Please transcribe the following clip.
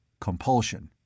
Compulsion